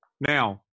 Now